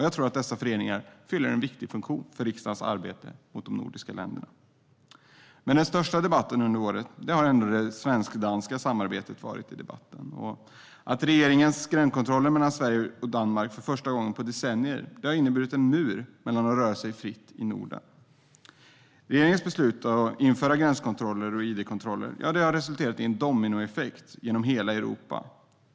Jag tror att dessa föreningar fyller en viktig funktion i riksdagens arbete gentemot de nordiska länderna. Men den största debatten under året har ändå det svensk-danska samarbetet varit. Regeringens gränskontroller mellan Sverige och Danmark har för första gången på decennier inneburit en mur för att röra sig fritt i Norden. Regeringens beslut att införa gränskontroller och id-kontroller har resulterat i en dominoeffekt genom hela Europa.